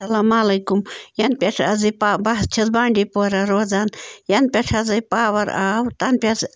سَلا معلیکُم یَن پٮ۪ٹھ حظ یہِ پَہ بہٕ حظ چھَس بانڈی پوٗرا روزان یَن پٮ۪ٹھ حظٕے پاور آو تَنہٕ